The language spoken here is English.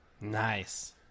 Nice